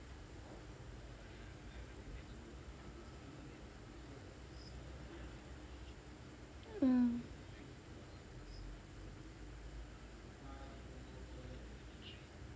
mm